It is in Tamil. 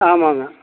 ஆமாங்க